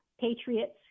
patriots